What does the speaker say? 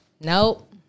nope